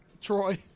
Troy